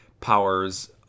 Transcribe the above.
powers